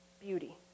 beauty